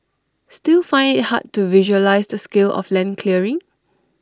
still find IT hard to visualise the scale of land clearing